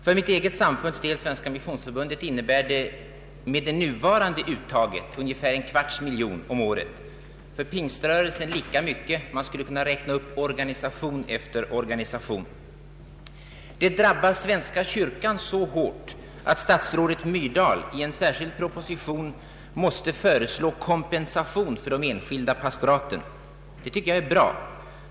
För mitt eget samfunds del, Svenska missionsförbundet, innebär det nuvarande skatteuttaget en utgift på 250 000 kronor per år och för pingströrelsen lika mycket. Man skulle kunna räkna upp organisation efter organisation för vilka detta skatteuttag är lika kännbart. Det drabbar svenska kyrkan så hårt att statsrådet Alva Myrdal i en särskild proposition föreslår kompensation för Ang. den allmänna arbetsgivaravgiften de enskilda pastoraten. Det tycker jag är bra.